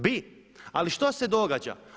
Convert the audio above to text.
Bi, ali što se događa?